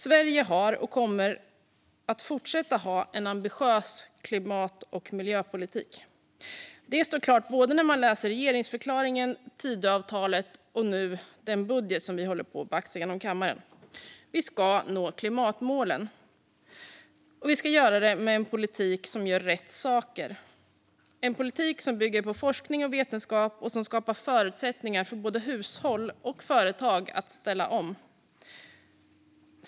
Sverige har, och kommer att fortsätta ha, en ambitiös klimat och miljöpolitik. Det står klart när man läser regeringsförklaringen, Tidöavtalet och den budget som vi nu håller på att baxa igenom kammaren. Vi ska nå klimatmålen. Och vi ska göra det med en politik som gör rätt saker, en politik som bygger på forskning och vetenskap och som skapar förutsättningar för både hushåll och företag att ställa om.